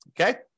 Okay